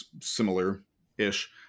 similar-ish